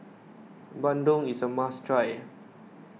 Bandung is a must try